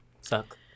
Suck